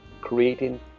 creating